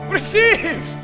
Receive